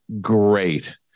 great